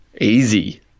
Easy